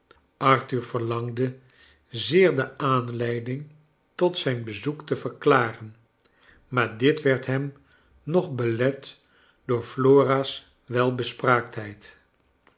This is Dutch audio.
arthur verlangde zeer de aanleiding lot zijn bezoek te verklaren maar dit werd hem nog belet door flora's welbespraaktheid